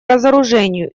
разоружению